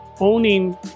owning